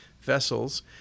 vessels